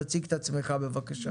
תציג את עצמך בבקשה.